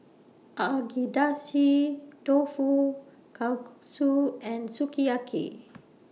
Agedashi Dofu Kalguksu and Sukiyaki